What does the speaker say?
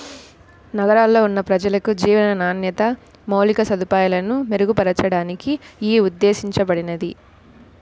నగరాల్లో ఉన్న ప్రజలకు జీవన నాణ్యత, మౌలిక సదుపాయాలను మెరుగుపరచడానికి యీ ఉద్దేశించబడింది